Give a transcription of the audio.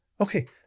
Okay